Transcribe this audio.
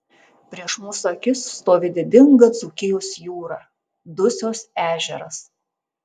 prieš mūsų akis stovi didinga dzūkijos jūra dusios ežeras